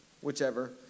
whichever